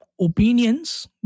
opinions